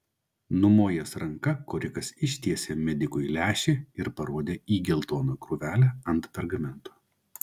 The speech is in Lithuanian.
numojęs ranka korikas ištiesė medikui lęšį ir parodė į geltoną krūvelę ant pergamento